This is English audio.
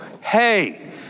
Hey